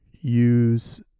use